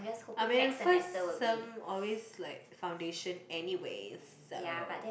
I mean first sem always like foundation anyway so